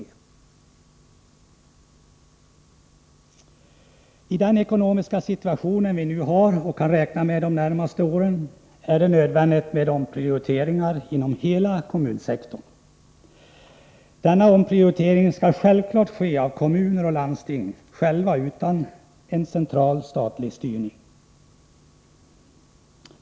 I den ekonomiska situation vi nu har och kan räkna med de närmaste åren är det nödvändigt med omprioriteringar inom hela kommunsektorn. Denna omprioritering skall självfallet göras av kommuner och landsting själva utan en central statlig styrning.